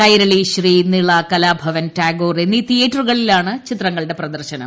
കൈരളി ശ്രീ നിള കലാഭവൻ ട്രടാഗോർ എന്നീ തിയേറ്ററുക ളിലാണ് ചിത്രങ്ങളുടെ പ്രദർശനം